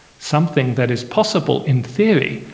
something that is possible in theory,